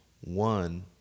one